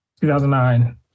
2009